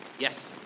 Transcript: Yes